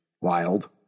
Wild